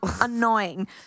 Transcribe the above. Annoying